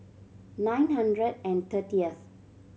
nine hundred and thirtieth